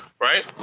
right